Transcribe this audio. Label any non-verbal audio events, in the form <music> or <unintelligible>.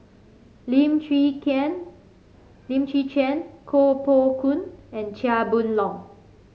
Lim Chwee <unintelligible> Lim Chwee Chian Koh Poh Koon and Chia Boon Leong